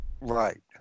Right